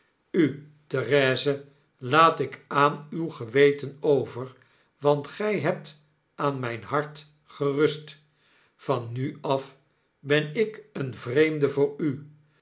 u therese laat ik aan uw geweten over want gy hebt aan myn hart gerust van nu af ben ik een vreemde voor u